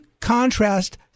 contrast